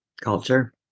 Culture